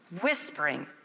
whispering